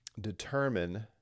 determine